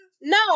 No